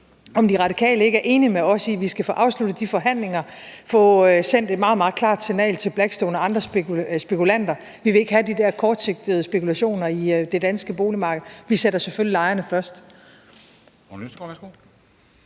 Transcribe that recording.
om De Radikale ikke er enige med os i, at vi skal få afsluttet de forhandlinger og få sendt et meget, meget klart signal til Blackstone og andre spekulanter om, at vi ikke vil have de der kortsigtede spekulationer på det danske boligmarked, og at vi selvfølgelig sætter lejerne først.